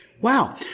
Wow